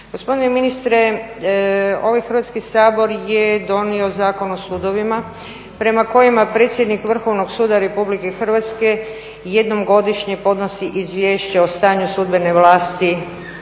Gospodine ministre, ovaj Hrvatski sabor je donio Zakon o sudovima prema kojima predsjednik Vrhovnog suda RH jednom godišnje podnosi Izvješće o stanju sudbene vlasti u RH.